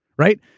right.